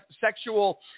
sexual